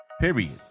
Period